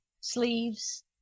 sleeves